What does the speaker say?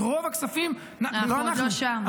את רוב הכספים -- אנחנו עוד לא שם.